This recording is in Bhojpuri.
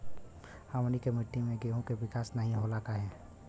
हमनी के मिट्टी में गेहूँ के विकास नहीं होला काहे?